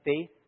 faith